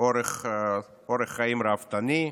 אורח חיים ראוותני,